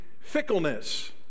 fickleness